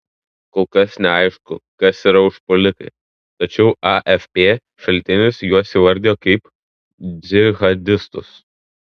kol kas neaišku kas yra užpuolikai tačiau afp šaltinis juos įvardijo kaip džihadistus